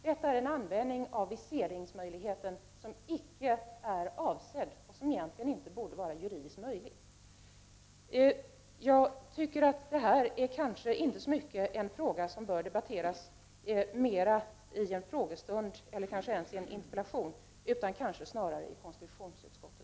Detta är en användning av viseringsmöjligheten som icke är avsedd och som egentligen inte borde vara juridiskt möjlig. Det här kanske inte är så mycket en fråga som bör debatteras under en frågestund, eller ens interpellationsdebatt, utan snarare i konstitutionsutskottet.